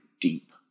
deep